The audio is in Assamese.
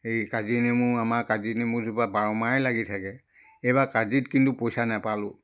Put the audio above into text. এই কাজি নেমু আমাৰ কাজি নেমুজোপা বাৰ মাহে লাগি থাকে এইবাৰ কাজিত কিন্তু পইচা নেপালোঁ